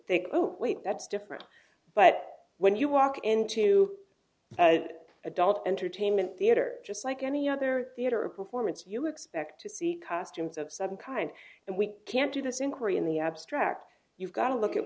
think oh wait that's different but when you walk into an adult entertainment theater just like any other theater performance you expect to see costumes of some kind and we can't do this inquiry in the abstract you've got to look at